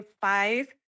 five